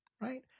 right